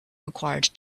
required